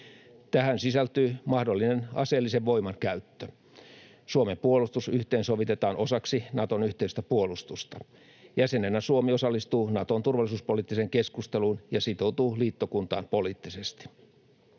Tähän sisältyy mahdollinen aseellisen voiman käyttö. Suomen puolustus yhteensovitetaan osaksi Naton yhteistä puolustusta. Jäsenenä Suomi osallistuu Naton turvallisuuspoliittiseen keskusteluun ja sitoutuu liittokuntaan poliittisesti.